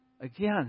again